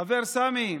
החבר סמי,